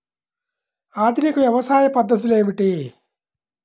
ఆధునిక వ్యవసాయ పద్ధతులు ఏమిటి?